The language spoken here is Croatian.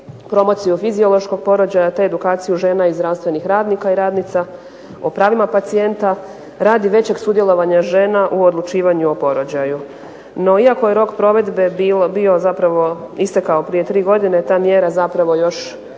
promociju fiziološkog porođaja, te edukaciju žena i zdravstvenih radnika i radnica o pravima pacijenta radi većeg sudjelovanja žena u odlučivanju o porođaju. No, iako je rok provedbe bio zapravo istekao prije tri godine ta mjera zapravo još nije